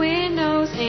Windows